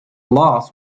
loss